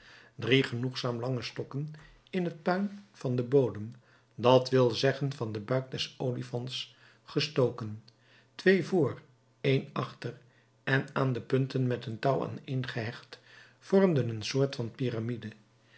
drie genoegzaam lange stokken in het puin van den bodem dat wil zeggen van den buik des olifants gestoken twee voor één achter en aan de punten met een touw aaneen gehecht vormden een soort van piramide